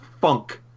funk